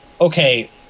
okay